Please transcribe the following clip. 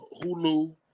Hulu